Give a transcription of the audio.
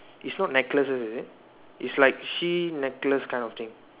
its not necklace is it is like she necklace kind of thing